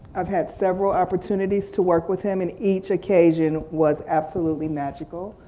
i've had several opportunities to work with him and each occasion was absolutely magical.